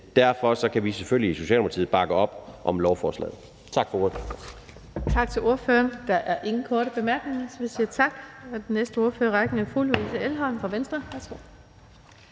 Derfor kan vi i Socialdemokratiet selvfølgelig bakke op om lovforslaget. Tak for ordet.